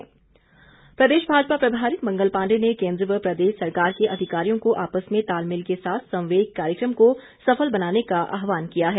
मंगल पांडेय प्रदेश भाजपा प्रभारी मंगल पांडेय ने केंद्र व प्रदेश सरकार के अधिकारियों को आपस में तालमेल के साथ संवेग कार्यक्रम को सफल बनाने का आहवान किया है